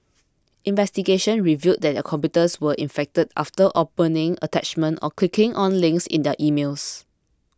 investigations revealed that their computers were infected after opening attachments or clicking on links in their emails